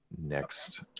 next